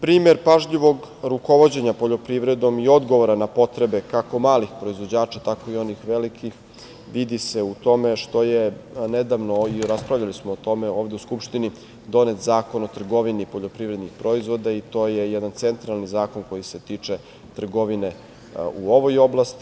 Primer pažljivog rukovođenja poljoprivredom i odgovora na potrebe kako malih proizvođača, tako i onih velikih vidi se u tome što je nedavno, i raspravljali smo o tome ovde u Skupštini, donet Zakon o trgovini poljoprivrednih proizvoda i to je jedan centralni zakon koji se tiče trgovine u ovoj oblasti.